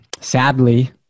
sadly